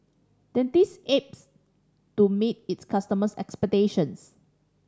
Dentiste aims to meet its customers' expectations